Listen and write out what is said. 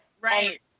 Right